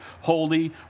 holy